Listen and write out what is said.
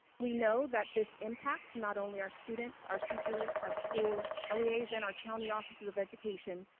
we know that this impacts not only our students, our teachers, our schools, ah leas in our county offices of education,